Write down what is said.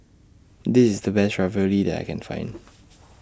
This IS The Best Ravioli that I Can Find